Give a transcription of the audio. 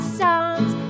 songs